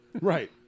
Right